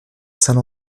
saint